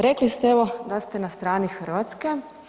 Rekli ste evo da ste na strani Hrvatske.